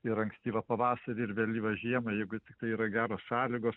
ir ankstyvą pavasarį ir vėlyvą žiemą jeigu tiktai yra geros sąlygos